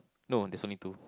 no there's only two